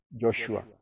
Joshua